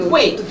Wait